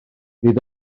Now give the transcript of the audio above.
bydd